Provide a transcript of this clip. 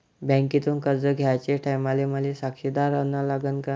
बँकेतून कर्ज घ्याचे टायमाले मले साक्षीदार अन लागन का?